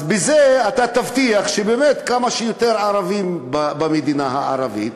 אז בזה אתה תבטיח שבאמת כמה שיותר ערבים במדינה הערבית,